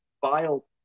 vile